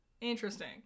Interesting